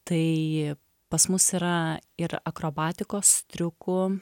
tai pas mus yra ir akrobatikos triukų